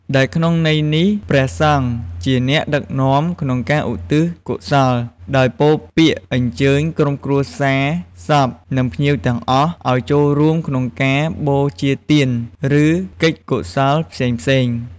ដែលក្នុងន័យនេះ ព្រះសង្ឃជាអ្នកដឹកនាំក្នុងការឧទ្ទិសកុសល ដោយពោលពាក្យអញ្ជើញក្រុមគ្រួសារសព និងភ្ញៀវទាំងអស់ឲ្យចូលរួមក្នុងការបូជាទាន ឬកិច្ចកុសលផ្សេងៗ។